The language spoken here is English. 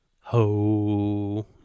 Ho